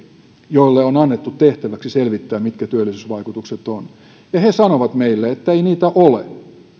joille on on annettu tehtäväksi selvittää mitkä työllisyysvaikutukset ovat ja he sanovat meille ettei niitä ole